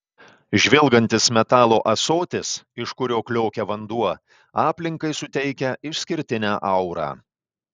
žvilgantis metalo ąsotis iš kurio kliokia vanduo aplinkai suteikia išskirtinę aurą